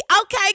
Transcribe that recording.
Okay